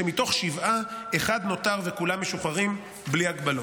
שמתוך שבעה אחד נותר וכולם משוחררים בלי הגבלות.